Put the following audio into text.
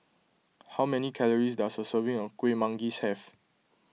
how many calories does a serving of Kueh Manggis have